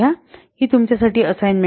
ही तुमच्यासाठी असाईनमेंट आहे